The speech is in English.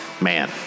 man